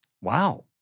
wow